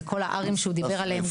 זה כל ה-R שהוא דיבר עליהם,